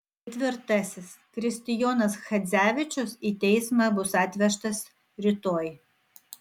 ketvirtasis kristijonas chadzevičius į teismą bus atvežtas rytoj